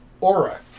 aura